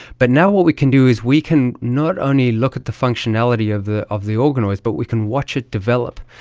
but now what we can do is we can not only look at the functionality of the of the organoids, but we can watch it develop.